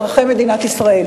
אזרחי מדינת ישראל.